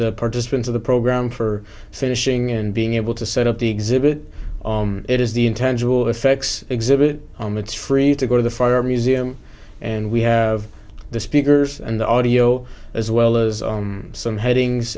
the participants of the program for finishing and being able to set up the exhibit it is the intangible effects exhibit on it's free to go to the fire museum and we have the speakers and the audio as well as some headings